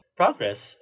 progress